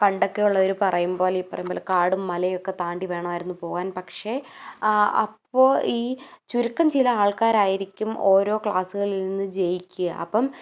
പണ്ടൊക്കെ ഉള്ളവർ പറയുംപോലെ ഈ പറയുംപോലെ കാടും മലയും ഒക്കെ താണ്ടി വേണമായിരുന്നു പോകാൻ പക്ഷെ ആ അപ്പോൾ ഈ ചുരുക്കം ചില ആൾക്കാരായിരിക്കും ഓരോ ക്ലസ്സുകളിൽ നിന്ന് ജയിക്കുക അപ്പം